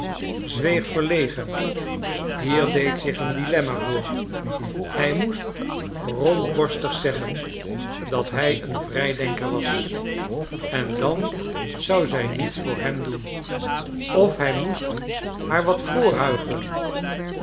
zweeg verlegen hier deed zich een dilemma voor hij moest rond borstig zeggen dat hij een vrijdenker was en dan zou zij niets voor hem doen of hij moest haar wat